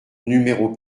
numéro